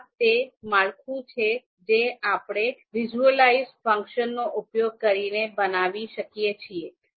આ તે માળખું છે જે આપણે વિઝ્યુઅલાઈઝ ફંક્શનનો ઉપયોગ કરીને બનાવી શકીએ છીએ